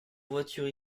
voiture